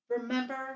remember